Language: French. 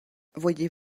voyez